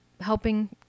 helping